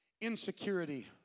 Insecurity